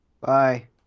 bye